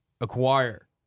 acquire